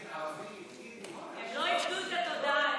לא איבדו את התודעה.